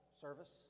service